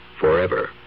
forever